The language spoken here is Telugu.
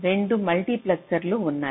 2 మల్టీప్లెక్సర్లు ఉన్నాయి